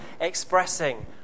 expressing